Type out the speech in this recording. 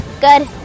Good